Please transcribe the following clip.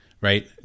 right